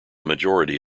majority